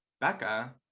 Becca